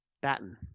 Batten